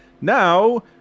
now